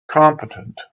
competent